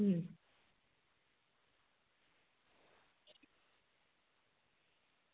હમ